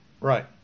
Right